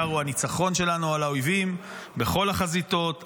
העיקר הוא הניצחון שלנו על האויבים בכל החזיתות,